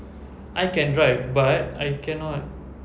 I can drive but I cannot